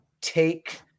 take